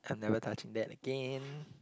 I'm never touching that again